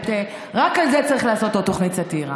רק על זה צריך לעשות עוד תוכנית סאטירה.